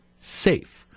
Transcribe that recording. safe